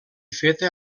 feta